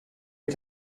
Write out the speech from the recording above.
est